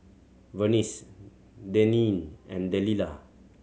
Vernice Deneen and Delilah